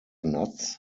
nuts